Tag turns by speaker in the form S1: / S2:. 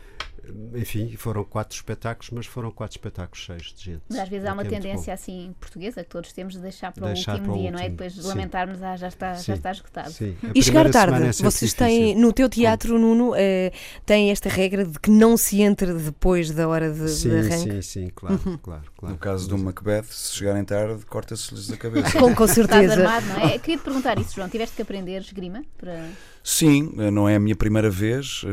S1: Enfim, foram quatro espetáculos, mas foram quatro espetáculos cheios de gente,
S2: Mas às vezes há
S1: o que
S2: uma
S1: é muito
S2: tendência,
S1: bom.
S2: assim, portuguesa, que todos temos de deixar para o
S1: Deixar
S2: último
S1: para o
S2: dia, não é?
S1: último,
S2: Depois de
S1: sim.
S2: lamentarmos, ah, já está- já
S1: Sim,
S2: está esgotado.
S1: sim. A
S3: E chegar
S1: primeira
S3: tarde?
S1: semana é sempre
S3: Vocês têm-
S1: difícil.
S3: no teu
S1: Sim.
S3: teatro, Nuno, eh, têm esta regra de que não se entre depois da hora de- de
S1: Sim,
S3: arranque?
S1: sim, sim, claro,
S3: Uhum.
S1: claro, claro.
S4: No caso do Macbeth, se chegarem tarde, corta-se-lhes a cabeça.
S3: Com- com certeza.
S2: Está armado, não é? Eu queria-te perguntar isso, João. Tiveste que aprender esgrima para-
S4: Sim, eh, não é a minha primeira vez,